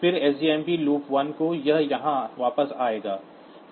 फिर सजमप लूप1 तो यह यहाँ वापस आएगा